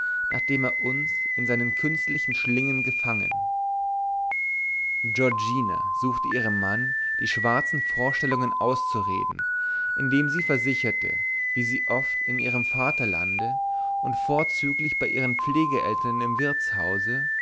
nachdem er uns in seinen künstlichen schlingen gefangen giorgina suchte ihrem mann die schwarzen vorstellungen auszureden indem sie versicherte wie sie oft in ihrem vaterlande und vorzüglich bei ihren pflegeeltern im wirtshause